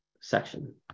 section